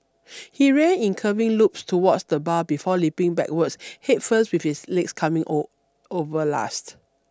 he ran in curving loop towards the bar before leaping backwards head first with his legs coming O over last